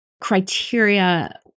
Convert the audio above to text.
criteria